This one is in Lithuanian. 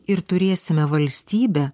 ir turėsime valstybę